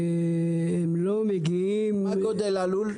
שלא מגיעים --- מה גודל הלול?